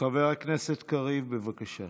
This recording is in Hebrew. חבר הכנסת קריב, בבקשה.